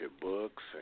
books